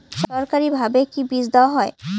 সরকারিভাবে কি বীজ দেওয়া হয়?